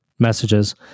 Messages